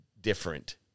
different